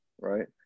Right